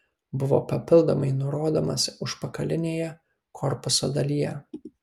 buvo papildomai nurodomas užpakalinėje korpuso dalyje